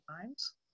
times